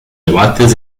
debates